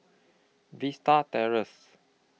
Vista Terrace